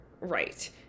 Right